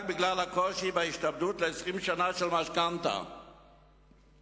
בגלל הקושי בהשתעבדות למשכנתה ל-20 שנה.